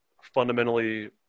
fundamentally